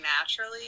naturally